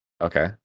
Okay